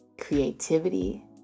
creativity